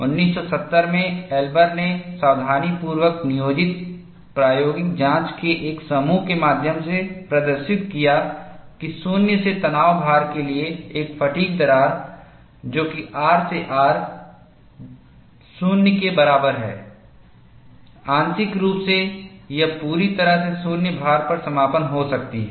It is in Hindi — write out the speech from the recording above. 1970 में एल्बर ने सावधानीपूर्वक नियोजित प्रायोगिक जांच के एक समूह के माध्यम से प्रदर्शित किया कि शून्य से तनाव भार के लिए एक फ़ैटिग् दरार जो कि R से R 0 के बराबर है आंशिक रूप से या पूरी तरह से शून्य भार पर समापन हो सकती है